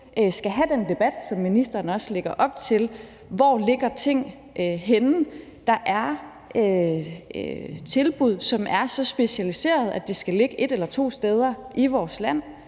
skal have den debat, som ministeren også lægger op til: Hvor ligger ting henne? Der er tilbud, der er så specialiserede, at det skal ligge et eller to steder i vores land.